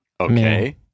okay